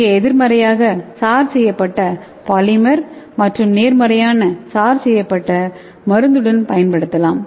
இங்கே எதிர்மறையாக சார்ஜ் செய்யப்பட்ட பாலிமர் மற்றும் நேர்மறையான சார்ஜ் செய்யப்பட்ட மருந்thudan பயன்படுத்தலாம்